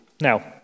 Now